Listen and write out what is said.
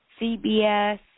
CBS